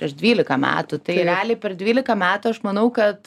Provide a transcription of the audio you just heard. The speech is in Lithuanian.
prieš dvylika metų tai realiai per dvylika metų aš manau kad